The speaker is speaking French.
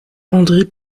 andrew